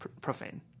profane